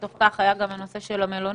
בתוך כך היה גם הנושא של המלונות.